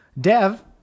Dev